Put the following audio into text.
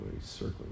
circling